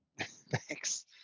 Thanks